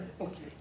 Okay